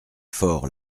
fort